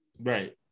Right